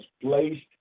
placed